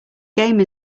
game